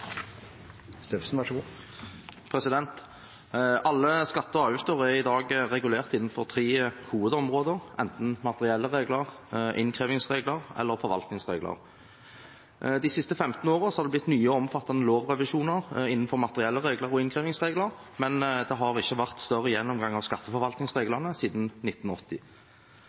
i dag regulert innenfor tre hovedområder, enten materielle regler, innkrevingsregler eller forvaltningsregler. De siste 15 årene har det blitt gjort nye og omfattende lovrevisjoner innenfor materielle regler og innkrevingsregler, men det har ikke vært større gjennomgang av skatteforvaltningsreglene siden 1980.